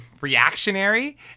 reactionary